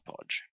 Podge